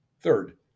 Third